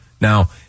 Now